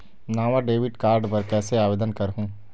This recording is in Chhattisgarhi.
नावा डेबिट कार्ड बर कैसे आवेदन करहूं?